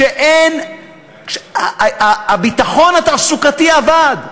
היא שהביטחון התעסוקתי אבד,